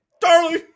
Darling